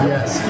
Yes